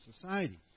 society